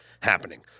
happening